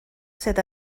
sydd